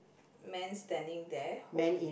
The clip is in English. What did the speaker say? man standing there hol~